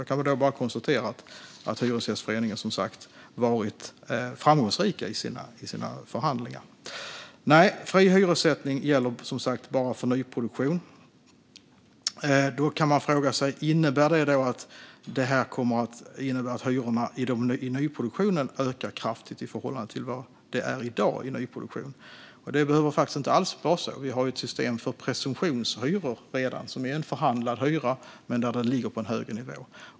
Jag kan bara konstatera att Hyresgästföreningen varit framgångsrika i sina förhandlingar. Fri hyressättning gäller som sagt bara för nyproduktion. Man kan fråga sig om detta kommer att innebära att hyrorna i nyproduktionen ökar kraftigt i förhållande till hur de är i dag. Det behöver faktiskt inte alls vara så. Vi har redan ett system för presumtionshyror, som är förhandlade hyror som ligger på en högre nivå.